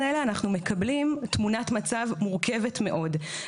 האלה אנחנו מקבלים תמונת מצב מורכבת מאוד.